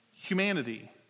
humanity